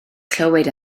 clywed